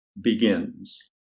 begins